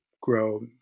grow